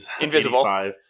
Invisible